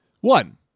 One